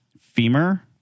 femur